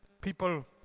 People